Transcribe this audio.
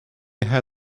ahead